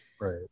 Right